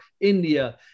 India